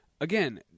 again